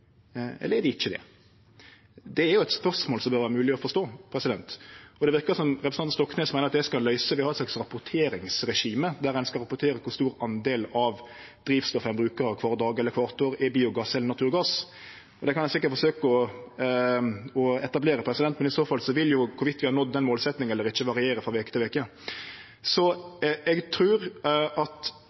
Eller er det ikkje det? Det er eit spørsmål som det bør vere mogleg å forstå. Det verkar som om representanten Stoknes meiner at det skal ein løyse ved å ha eit slags rapporteringsregime, der ein skal rapportere kor stor andel av drivstoffet som ein brukar kvar dag eller kvart år, som er biogass eller naturgass. Det kan ein sikkert forsøkje å etablere, men i så fall vil det jo variere frå veke til veke om vi har nådd den målsetjinga eller ikkje.